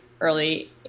early